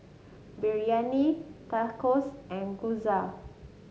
Biryani Tacos and Gyoza